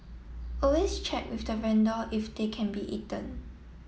always check with the vendor if they can be eaten